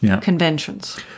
conventions